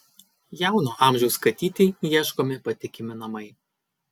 jauno amžiaus katytei ieškomi patikimi namai